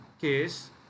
case